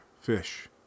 fish